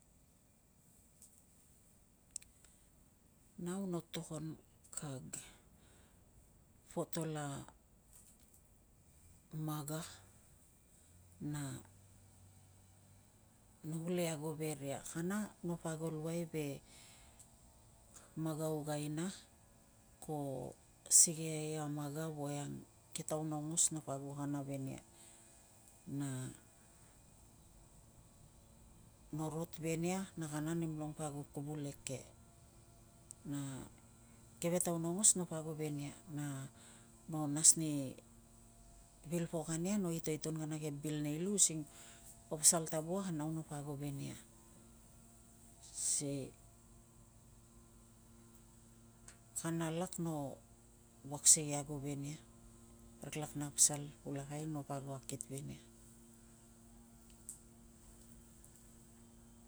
Nau no togon kag potol a maga na no uli ago ve ria. Kana no pa ago luai ve magaug aina ko sikei a maga voiang ke taun aungos kana napo ago ve nia. No rot ve nia na kana nemlong po ago kuvul eke na keve taun aungos nopa ago ve nia na no nas ni vil pok ania, no itoiton kana ke bil nei lu using ko pasal ta wuak a nau napo ago ve nia. Sikei kana lak no wuak si ago ve nia parik lak na pasal pulakai napo ago akit ve nia.